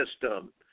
system